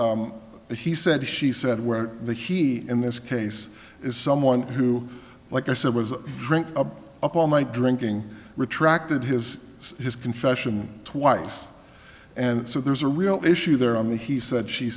he said she said where the he in this case is someone who like i said was drink up all night drinking retracted his his confession twice and so there's a real issue there on the he said she